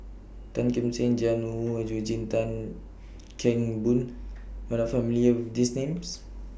Tan Kim Seng Jiang Hu Eugene Tan Kheng Boon YOU Are not familiar with These Names